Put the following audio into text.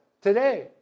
Today